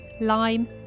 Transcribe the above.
lime